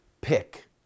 pick